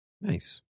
Nice